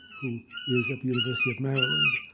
who is at the university of maryland.